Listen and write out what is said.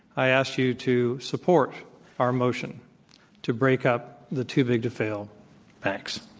i ask you to support our motion to break up the too big to fail banks.